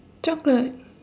chocolate